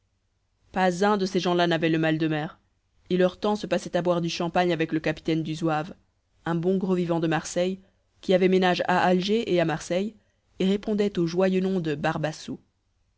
pas un de ces gens-là n'avait le mal de mer et leur temps se passait à boire du champagne avec le capitaine du zouave un bon gros vivant de marseillais qui avait ménage à alger et à marseille et répondait au joyeux nom de barbassou